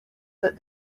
that